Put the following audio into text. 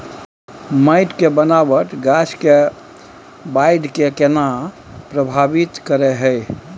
माटी के बनावट गाछ के बाइढ़ के केना प्रभावित करय हय?